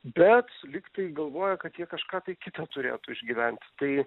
bet lyg tai galvoja kad jie kažką tai kita turėtų išgyvent tai